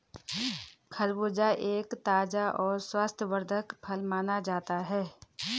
खरबूजा एक ताज़ा और स्वास्थ्यवर्धक फल माना जाता है